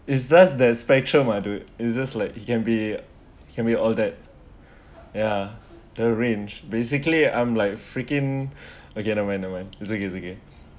it's just that spectrum I do it it's just like it can be it can be all that ya arrange basically I'm like freaking okay never mind never mind is okay is okay